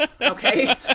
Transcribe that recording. okay